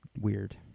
weird